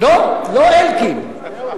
לאאא.